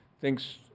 thinks